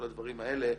כל הדברים האלה,